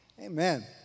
Amen